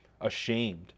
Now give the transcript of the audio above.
ashamed